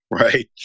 right